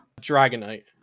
Dragonite